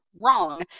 wrong